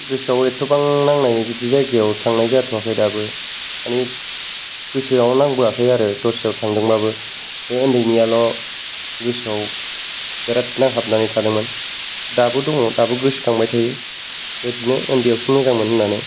गोसोआव एथ'बां नांनाय बिदि जायगायाव थांनाय जाथ'याखै दाबो मानि गोसोआव नांबोयाखै आरो दस्रायाव थांदोंबाबो बे उन्दैनियाल' गोसोआव बेराद नांहाबनानै थादोंमोन दाबो दङ दाबो गोसो खांबाय थायो बेदिनो ओन्दैयावसो मोजांमोन होन्नानै